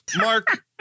Mark